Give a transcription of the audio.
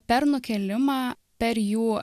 per nukėlimą per jų